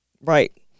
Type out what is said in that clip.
Right